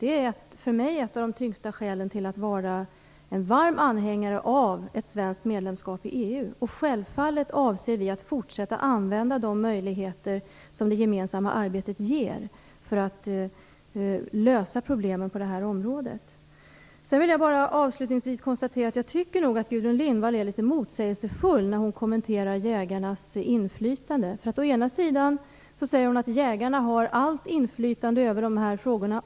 Det är ett av de tyngsta skälen till att jag är en varm anhängare av ett svenskt medlemskap i EU. Självfallet avser vi att fortsätta använda de möjligheter som det gemensamma arbetet ger, för att lösa problemen på det här området. Avslutningsvis vill jag bara konstatera att Gudrun Lindvall är litet motsägelsefull när hon kommenterar jägarnas inflytande. Å ena sidan säger hon att jägarna har allt inflytande över de här frågorna.